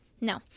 No